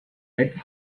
head